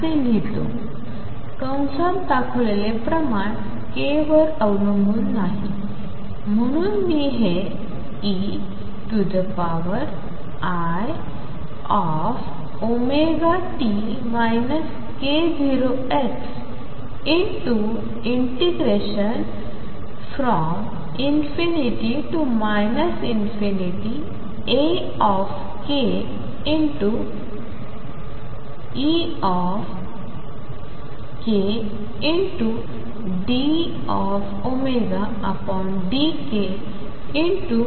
असे लिहितो कंसात दर्शविलेले प्रमाण k वर अवलंबून नाही म्हणून मी हे ei0t k0x ∞Akeidωdkk0k kxdk